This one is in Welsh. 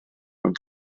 mwyn